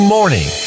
Morning